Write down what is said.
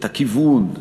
את הכיוון,